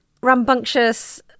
rambunctious